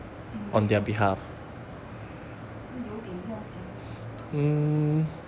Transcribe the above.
你懂我意思吗我是有点这样想